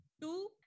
Two